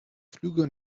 flüge